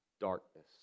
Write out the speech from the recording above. darkness